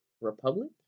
Republic